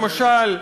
למשל,